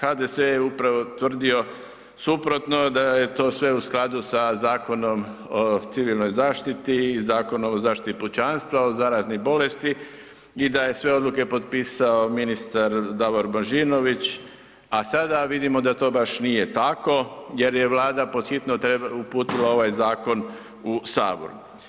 HDZ je upravo tvrdio suprotno, da je to sve u skladu sa Zakonom o civilnoj zaštiti i Zakonom o zaštiti pučanstva od zaraznih bolesti i da je sve odluke potpisao ministar Davor Božinović, a sada vidimo da to baš nije tako jer je Vlada pod hitno uputila ovaj zakon u Sabor.